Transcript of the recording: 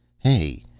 hey,